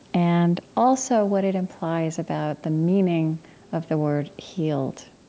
and also what it implies about the meaning of the word healed.